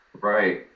Right